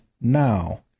Now